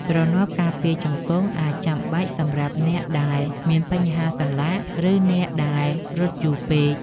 ទ្រនាប់ការពារជង្គង់ អាចចាំបាច់សម្រាប់អ្នកដែលមានបញ្ហាសន្លាក់ ឬអ្នកដែលរត់យូរពេក។